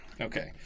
Okay